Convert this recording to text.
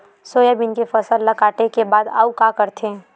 Soybean के फसल ल काटे के बाद आऊ का करथे?